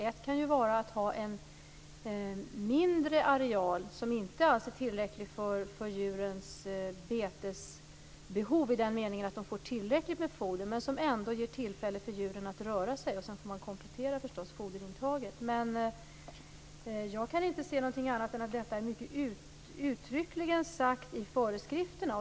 Ett annat kan vara att ha en mindre areal, som inte är tillräcklig för djurens behov av foder, men som ändå ger tillfälle för djuren att röra sig. Sedan får man förstås komplettera foderintaget. Jag kan inte se annat än att detta är mycket uttryckligt sagt i föreskrifterna.